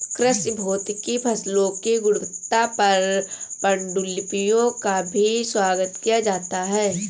कृषि भौतिकी फसलों की गुणवत्ता पर पाण्डुलिपियों का भी स्वागत किया जाता है